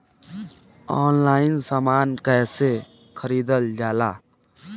Online समान कैसे खरीदल जाला?